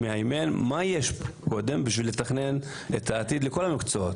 מהימן מה יש קודם בשביל לתכנן את העתיד לכל המקצועות.